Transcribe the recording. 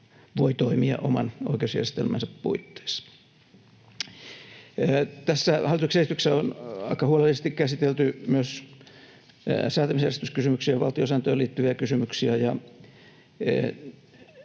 voi toimia oman oikeusjärjestelmänsä puitteissa. Tässä hallituksen esityksessä on aika huolellisesti käsitelty myös säätämisjärjestyskysymyksiä ja valtiosääntöön liittyviä kysymyksiä,